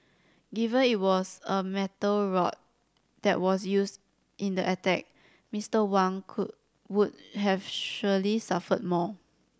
given it was a metal rod that was used in the attack Mister Wang would have surely suffered more